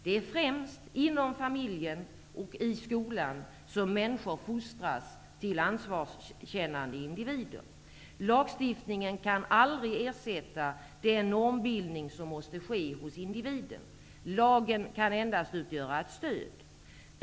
Det är främst inom familjen och i skolan som människor fostras till ansvarskännande individer. Lagstiftningen kan aldrig ersätta den normbildning som måste ske hos individen. Lagen kan endast utgöra ett stöd.